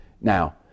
now